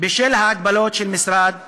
בשל ההגבלות של משרד האוצר.